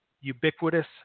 Ubiquitous